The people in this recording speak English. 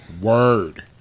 Word